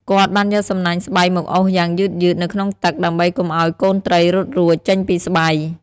គាត់បានយកសំណាញ់ស្បៃមកអូសយ៉ាងយឺតៗនៅក្នុងទឹក ដើម្បីកុំឲ្យកូនត្រីរត់រួចចេញពីស្បៃ។